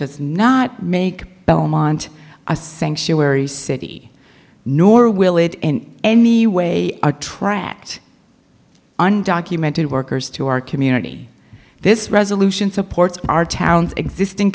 does not make belmont a sanctuary city nor will it in any way attract undocumented workers to our community this resolution supports our town's existing